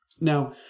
now